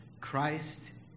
Christ